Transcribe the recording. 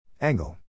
Angle